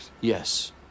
yes